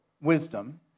wisdom